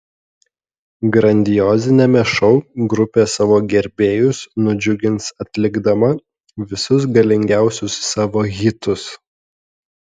grandioziniame šou grupė savo gerbėjus nudžiugins atlikdama visus galingiausius savo hitus